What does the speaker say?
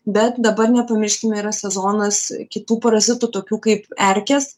bet dabar nepamirškime yra sezonas kitų parazitų tokių kaip erkės